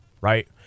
right